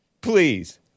Please